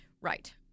Right